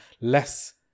less